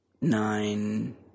Nine